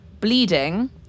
bleeding